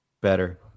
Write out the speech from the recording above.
Better